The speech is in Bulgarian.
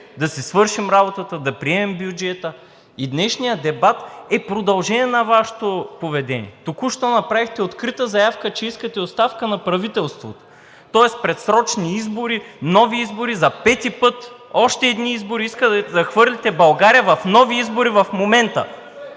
да си свършим работата, да приемем бюджета. И днешният дебат е продължение на Вашето поведение. Току-що направихте открита заявка, че искате оставка на правителството, тоест предсрочни избори, нови избори за пети път, още едни избори, искате да хвърлите България в нови избори в момента?!